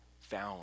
found